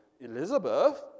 Elizabeth